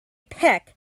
peck